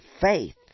faith